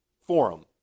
forum